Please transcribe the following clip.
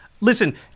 listen